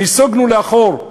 שנסוגונו לאחור.